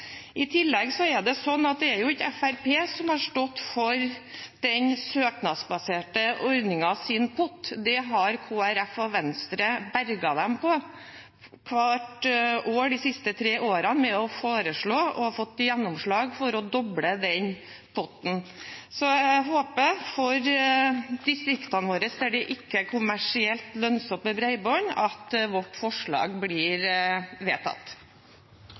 I tillegg er det ikke sånn at det er Fremskrittspartiet som har stått for den søknadsbaserte ordningens pott, der har Kristelig Folkeparti og Venstre berget dem hvert år de siste tre årene ved å foreslå – og få gjennomslag for – å doble den potten. Så jeg håper for distriktene våre, der det ikke er kommersielt lønnsomt med bredbånd, at vårt forslag blir vedtatt.